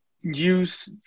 use